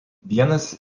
vienas